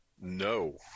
No